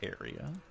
area